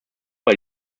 bei